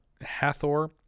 Hathor